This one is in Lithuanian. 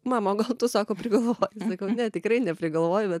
mama o gal tu sako prigalvoji sakau ne tikrai neprigalvoju bet